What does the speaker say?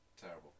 terrible